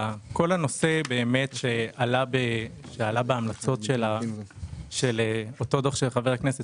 הנושא שעלה בהמלצות של אותו דוח שחבר הכנסת